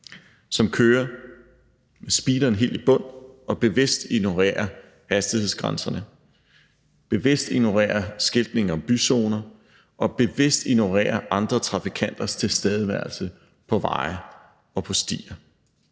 som kører med speederen helt i bund og bevidst ignorerer hastighedsgrænserne, bevidst ignorerer skiltning om byzoner og bevidst ignorerer andre trafikanters tilstedeværelse på veje og stier.